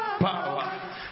power